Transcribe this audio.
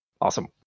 Awesome